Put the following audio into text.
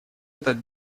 этот